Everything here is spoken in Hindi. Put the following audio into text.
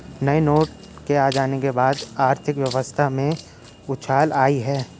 नए नोटों के आ जाने के बाद अर्थव्यवस्था में उछाल आयी है